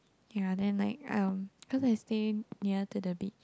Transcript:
ya then like um cause I stay near to the beach